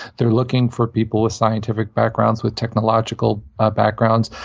they're looking for people with scientific backgrounds, with technological backgrounds.